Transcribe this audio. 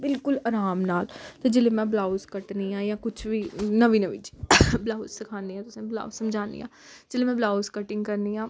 बिल्कुल अराम नाल ते जेल्लै में ब्लाउज कट्टनी आं जां कुछ बी नमीं नमीं च ब्लाउज सखान्नी आं तुसें ब्लाऊज समझान्नी आं जेल्लै में ब्लाउज कटिंग करनी आं